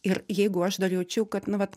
ir jeigu aš dar jaučiu kad nu vat